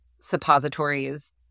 suppositories